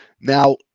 Now